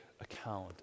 account